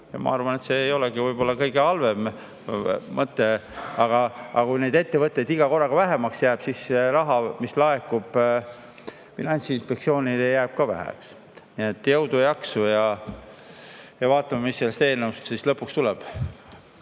Ma arvan, et see ei olegi võib-olla kõige halvem mõte. Aga kui neid ettevõtteid iga korraga jääb vähemaks, siis raha, mis laekub Finantsinspektsioonile, jääb ka väheks. Nii et jõudu ja jaksu! Vaatame, mis sellest eelnõust siis lõpuks tuleb.